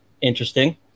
Interesting